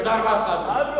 תודה רבה לך, אדוני.